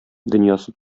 дөньясы